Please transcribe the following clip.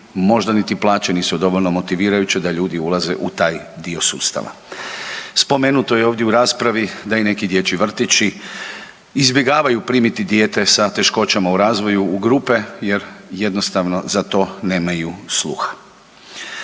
možda niti plaće dovoljno motivirajuće da ljudi ulaze u taj dio sustava. Spomenuto je ovdje u raspravi da i neki dječji vrtići izbjegavaju primiti dijete sa teškoćama u razvoju u grupe jer jednostavno za to nemaju sluha.